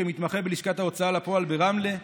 כמתמחה בלשכת ההוצאה לפועל ברמלה,